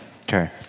Okay